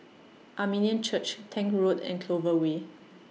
Armenian Church Tank Road and Clover Way